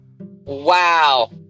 wow